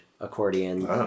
accordion